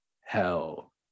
Hell